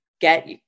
get